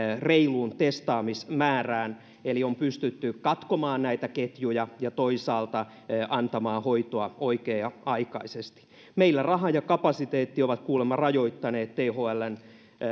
reiluun testaamismäärään on pystytty katkomaan näitä ketjuja ja toisaalta antamaan hoitoa oikea aikaisesti meillä raha ja kapasiteetti ovat kuulemma rajoittaneet thln